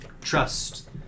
Trust